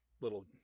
little